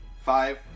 Five